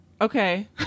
okay